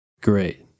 Great